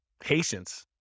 Patience